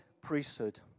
priesthood